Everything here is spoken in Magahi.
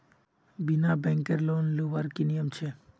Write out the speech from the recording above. बिना बैंकेर लोन लुबार की नियम छे?